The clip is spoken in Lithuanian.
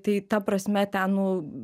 tai ta prasme ten nu